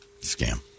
Scam